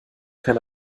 kein